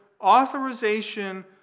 authorization